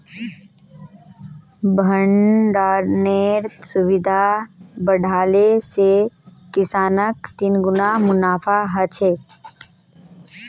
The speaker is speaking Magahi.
भण्डरानेर सुविधा बढ़ाले से किसानक तिगुना मुनाफा ह छे